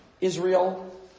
Israel